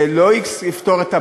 זה לא יפתור את הבעיה,